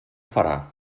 farà